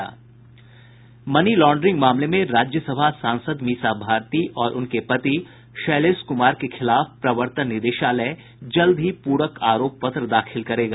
money laundering मामले में राज्यसभा सांसद मीसा भारती और उनके पति शैलेश कुमार के खिलाफ प्रवर्तन निदेशालय जल्द ही पूरक आरोप पत्र दाखिल करेगा